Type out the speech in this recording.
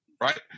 right